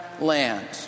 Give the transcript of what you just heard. land